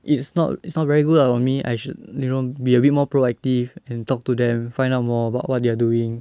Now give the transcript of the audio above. it's not it's not very good lah on me I should you know be a bit more proactive and talk to them find out more about what they are doing